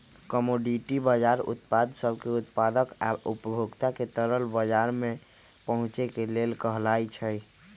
commodity बजार उत्पाद सब के उत्पादक आ उपभोक्ता के तरल बजार में पहुचे के लेल कहलाई छई